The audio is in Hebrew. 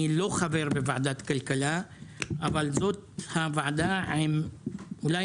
לא חבר בוועדת כלכלה אבל זו הוועדה אולי עם